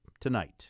tonight